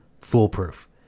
foolproof